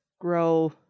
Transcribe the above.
grow